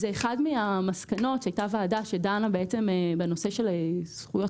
זו אחת ממסקנות ועדה שדנה בנושא של זכויות